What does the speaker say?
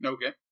Okay